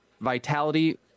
vitality